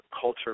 culture